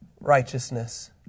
righteousness